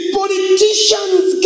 politicians